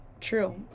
true